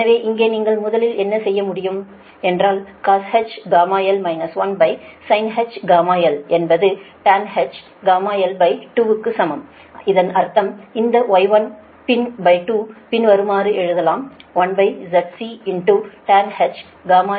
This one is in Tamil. எனவே இங்கே நீங்கள் முதலில் என்ன செய்ய முடியும் என்றால்cosh γl 1sinh γl என்பது tanh γl2க்கு சமம் இதன் அர்த்தம் இந்த Y12 ஐ பின்வருமாறு எழுதலாம் 1ZCtanh γl2 right